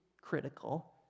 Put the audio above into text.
critical